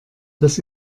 das